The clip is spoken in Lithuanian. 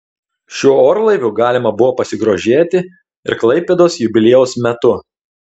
šiuo orlaiviu galima buvo pasigrožėti ir klaipėdos jubiliejaus metu